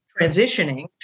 transitioning